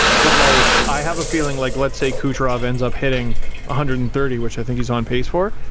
but like, i have a feeling like, let's say kucherov ends up hitting one ah hundred and thirty. which i think he's on pace for.